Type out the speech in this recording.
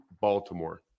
Baltimore